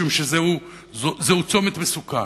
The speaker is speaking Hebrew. משום שזהו צומת מסוכן.